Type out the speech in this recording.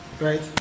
Right